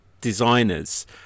designers